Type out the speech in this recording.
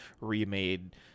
remade